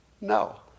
No